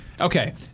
Okay